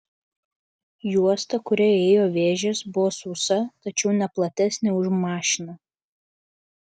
juosta kuria ėjo vėžės buvo sausa tačiau ne platesnė už mašiną